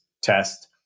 test